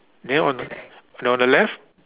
then on and on the left